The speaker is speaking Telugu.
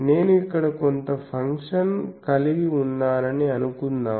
నేను ఇక్కడ కొంత ఫంక్షన్ కలిగి ఉన్నానని అనుకుందాం